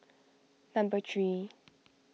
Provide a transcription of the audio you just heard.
number three